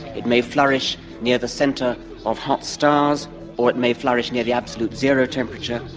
it may flourish near the centre of hot stars or it may flourish near the absolute zero temperature,